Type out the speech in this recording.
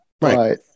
Right